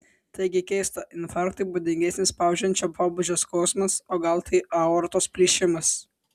taigi keista infarktui būdingesnis spaudžiančio pobūdžio skausmas o gal tai aortos plyšimas